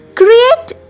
create